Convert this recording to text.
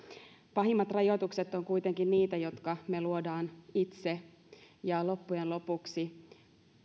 pahimmat rajoitukset ovat kuitenkin niitä jotka me luomme itse ja loppujen lopuksi